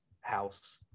house